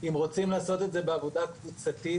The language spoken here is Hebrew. אם רוצים לעשות את זה בעבודה קבוצתית,